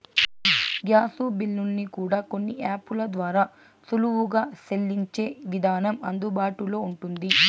gas బిల్లుల్ని కూడా కొన్ని యాపుల ద్వారా సులువుగా సెల్లించే విధానం అందుబాటులో ఉంటుంది